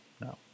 no